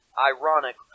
ironic